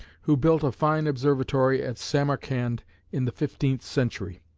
who built a fine observatory at samarcand in the fifteenth century.